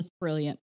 brilliant